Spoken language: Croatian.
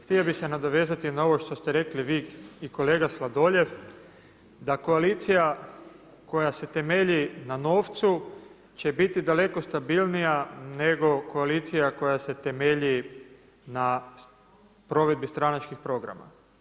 Htio bih se nadovezati na ovo što ste rekli vi i kolega Sladoljev da koalicija koja se temelji na novcu će biti daleko stabilnija nego koalicija koja se temelji na provedbi stranačkih programa.